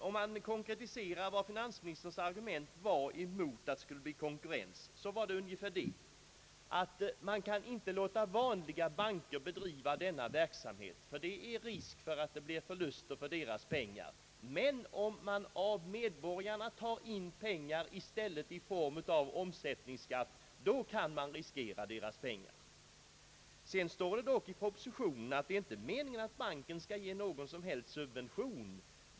Om man konkretiserar finansministerns argument mot att det skulle vara konkurrens, så är det väl det, att staten inte kan låta vanliga banker bedriva denna verksamhet, ty det är risk för att det blir förluster för insättarna, men om man av medborgarna i stället tar in pengar i form av omsättningsskatt, då kan man riskera deras pengar. Det står dock i propositionen att det inte är meningen att banken skall ge någon som helst subvention.